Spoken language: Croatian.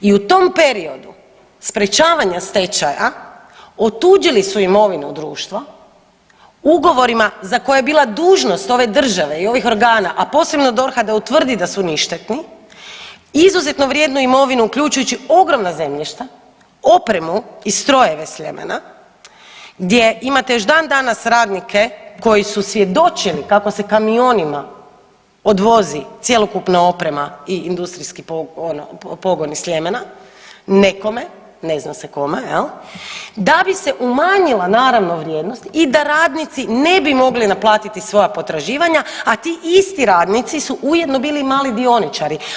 I u tom periodu sprečavanja stečaja otuđili su imovinu društva ugovorima za koje je bila dužnost ove države i ovih organa, a posebno DORH-a da utvrdi da su ništetni, izuzetno vrijednu imovinu uključujući ogromna zemljišta, opremu i strojeve Sljemena gdje imate još dan danas radnike koji su svjedočili kako se kamionima odvozi cjelokupna oprema i industrijski pogoni Sljemena nekome, ne zna se kome jel, da bi se umanjila naravno vrijednost i da radnici ne bi mogli naplatiti svoja potraživanja, a ti isti radnici su ujedno bili mali dioničari.